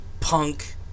punk